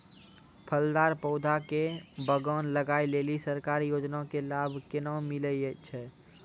फलदार पौधा के बगान लगाय लेली सरकारी योजना के लाभ केना मिलै छै?